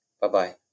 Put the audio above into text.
Bye-bye